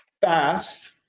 fast